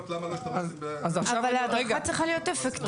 למה לא השתמשנו ב --- אבל ההדרכה צריכה להיות אפקטיבית.